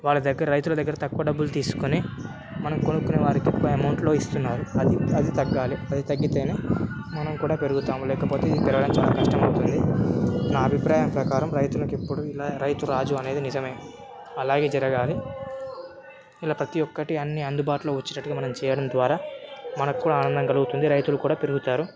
వాళ్ళ దగ్గర రైతుల దగ్గర తక్కువ డబ్బులు తీసుకుని మనం కొనుక్కునే వారికి తక్కువ అమౌంట్లో ఇస్తున్నారు అది అది తగ్గాలి అది తగ్గితేనే మనం కూడా పెరుగుతాము లేకపోతే ఇది పెరగడం చాలా కష్టమవుతుంది నా అభిప్రాయం ప్రకారం రైతులకు ఎప్పుడు రైతు రాజు అనేది నిజమే అలాగే జరగాలి ఇలా ప్రతి ఒక్కటి అన్ని అందుబాటులో వచ్చినట్టుగా మనం చేయడం ద్వారా మనకు కూడా ఆనందం కలుగుతుంది రైతులు కూడా పెరుగుతారు